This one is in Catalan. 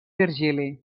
virgili